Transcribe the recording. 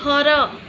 ଘର